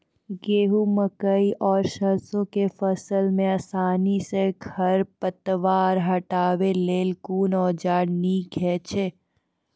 गेहूँ, मकई आर सरसो के फसल मे आसानी सॅ खर पतवार हटावै लेल कून औजार नीक है छै?